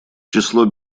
число